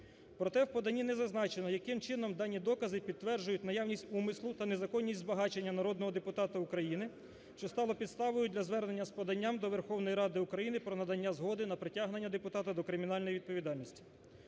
Проте в поданні не зазначено, яким чином дані докази підтверджують наявність умислу та незаконність збагачення народного депутата Україна, що стало підставою для звернення з поданням до Верховної Ради України про надання згоди на притягнення депутата до кримінальної відповідальності.